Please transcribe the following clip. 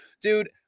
dude